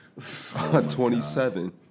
27